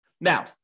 now